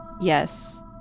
yes